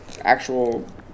actual